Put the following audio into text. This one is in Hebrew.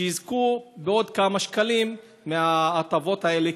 יזכו בעוד כמה שקלים מההטבות האלה,